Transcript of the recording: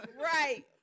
Right